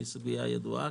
שהיא סוגיה ידועה.